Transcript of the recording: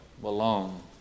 belong